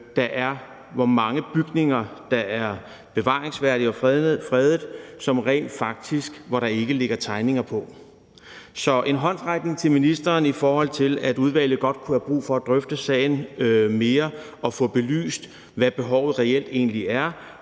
vurdere, hvor mange bygninger der er bevaringsværdige og fredede, og som der ikke ligger tegninger på. Så der kommer her et vink til ministeren om, at udvalget godt kunne have brug for at drøfte sagen mere og få belyst, hvad behovet reelt er, og om